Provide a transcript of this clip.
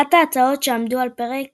אחת ההצעות שעמדו על הפרק